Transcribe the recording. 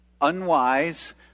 Unwise